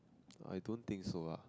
I don't think so ah